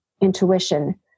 intuition